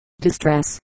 distress